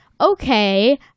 Okay